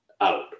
out